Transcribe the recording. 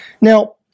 Now